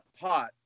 pot